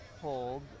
hold